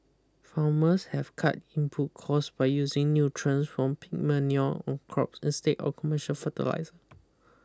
farmers have cut input costs by using nutrients from pig manure on crops instead of commercial fertilizer